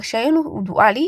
הרישיון הוא דואלי